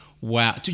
wow